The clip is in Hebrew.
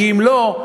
כי אם לא,